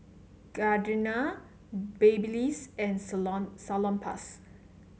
Gardenia Babyliss and Salonpas